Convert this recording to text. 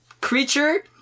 creature